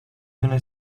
دونه